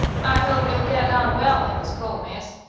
i hope you'll git on well in the school, miss.